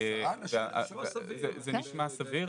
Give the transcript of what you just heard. זה נשמע סביר,